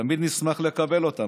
תמיד נשמח לקבל אותם.